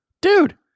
dude